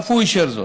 ואף הוא אישר זאת,